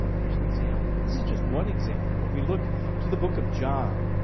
here's an example, this is just one example. when we look to the book of john,